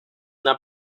una